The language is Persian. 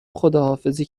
خداحافظی